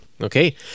Okay